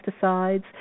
pesticides